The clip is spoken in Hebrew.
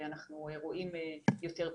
ואנחנו רואים יותר פטירות.